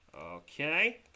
Okay